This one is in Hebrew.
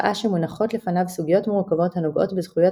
שעה שמונחות לפניו סוגיות מורכבות הנוגעות בזכויות